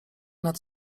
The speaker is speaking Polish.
nad